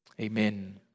Amen